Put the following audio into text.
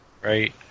right